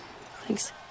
thanks